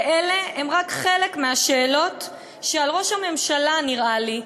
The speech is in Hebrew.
ואלה הם רק חלק מהשאלות שראש הממשלה, נראה לי,